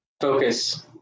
focus